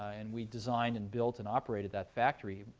ah and we designed, and built, and operated that factory.